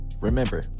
Remember